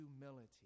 humility